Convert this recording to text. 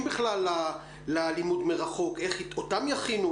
בכלל ללימוד מרחוק איך אותם יכינו,